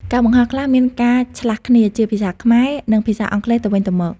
ការបង្ហោះខ្លះមានការឆ្លាស់គ្នាជាភាសាខ្មែរ និងភាសាអង់គ្លេសទៅវិញទៅមក។